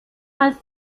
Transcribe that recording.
als